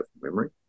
memory